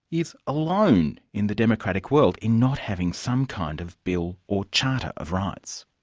is alone in the democratic world in not having some kind of bill or charter of rights.